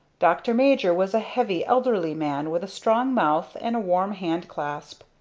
dr. major was a heavy elderly man with a strong mouth and a warm hand clasp.